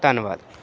ਧੰਨਵਾਦ